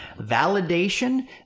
Validation